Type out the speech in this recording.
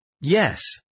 Yes